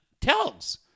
tells